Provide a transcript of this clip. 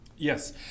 Yes